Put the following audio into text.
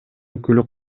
өкүлү